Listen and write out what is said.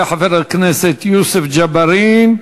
יעלה חבר הכנסת יוסף ג'בארין,